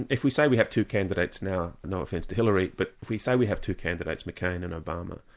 if we say we have two candidates now, no offence to hillary, but if we say we have two candidates, mccain and obama,